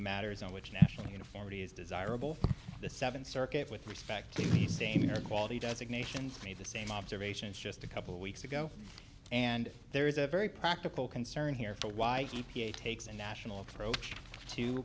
matters on which national uniformity is desirable for the seventh circuit with respect to the same or quality designations made the same observations just a couple of weeks ago and there is a very practical concern here for why e p a takes a national approach to